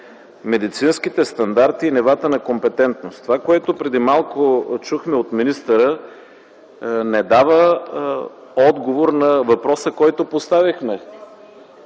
медицинските стандарти и нивата на компетентност. Това, което преди малко чухме от министъра, не дава отговор на въпроса, който поставихме.